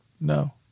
No